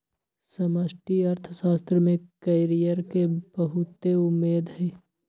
समष्टि अर्थशास्त्र में कैरियर के बहुते उम्मेद हइ